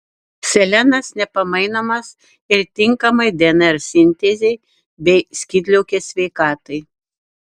selenas nepamainomas ir tinkamai dnr sintezei bei skydliaukės sveikatai